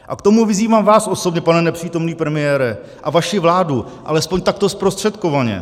A k tomu vyzývám vás osobně, nepřítomný pane premiére, a vaši vládu, alespoň takto zprostředkovaně.